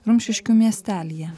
rumšiškių miestelyje